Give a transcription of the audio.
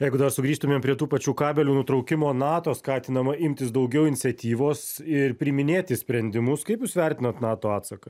jeigu dar sugrįžtumėm prie tų pačių kabelių nutraukimo nato skatinama imtis daugiau iniciatyvos ir priiminėti sprendimus kaip jūs vertinat nato atsaką